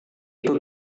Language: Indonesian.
itu